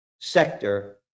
sector